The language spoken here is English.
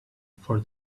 for